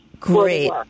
Great